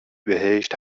بهشت